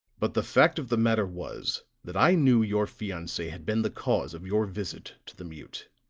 but the fact of the matter was that i knew your fiance had been the cause of your visit to the mute.